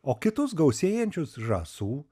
o kitus gausėjančius žąsų